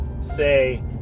say